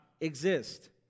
exist